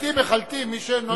מחלטים, מחלטים, מי שנוהג בשכרות.